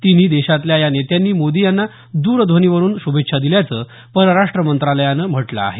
तिन्ही देशातल्या या नेत्यांनी मोदी यांना द्रध्वनीवरून श्भेच्छा दिल्याचं परराष्ट्र मंत्रालयानं म्हटलं आहे